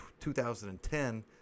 2010